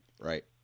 Right